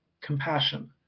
compassion